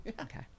Okay